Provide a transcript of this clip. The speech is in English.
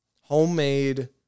homemade